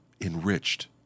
enriched